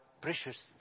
precious